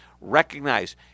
recognize